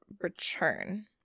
return